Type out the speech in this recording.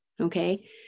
okay